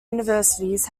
universities